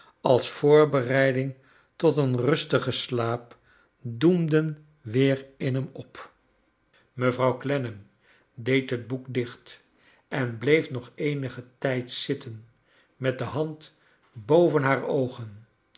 als voorbereiding tot een rustigen slaap doemden weer in hem op mevrouw clennam deed het boek dicht en bleef nog eenigen trjd zit ten met de hand boven haar ooged